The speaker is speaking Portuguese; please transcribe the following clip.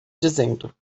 dizendo